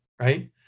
right